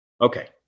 Okay